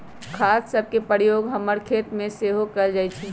खाद सभके प्रयोग हमर खेतमें सेहो कएल जाइ छइ